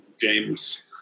james